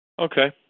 Okay